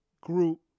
group